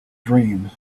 dream